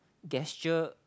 gesture